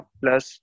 plus